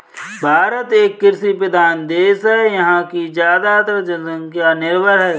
भारत एक कृषि प्रधान देश है यहाँ की ज़्यादातर जनसंख्या निर्भर है